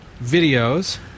videos